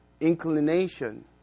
inclination